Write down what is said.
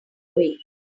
way